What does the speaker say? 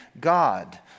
God